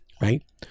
right